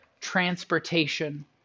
transportation